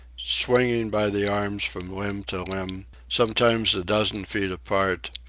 swinging by the arms from limb to limb, sometimes a dozen feet apart,